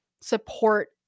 support